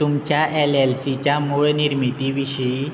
तुमच्या एलएलसीच्या मूळ निर्मिती विशयी